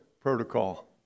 protocol